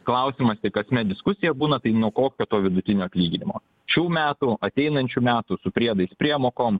klausimas tai kasmet diskusija būna tai nuo kokio to vidutinio atlyginimo šių metų ateinančių metų su priedais priemokom